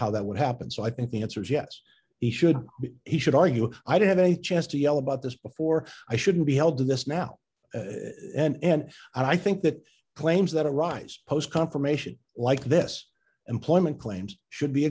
how that would happen so i think the answer is yes he should he should argue i do have a chance to yell about this before i should be held in this now and i think that claims that arise post confirmation like this employment claims should be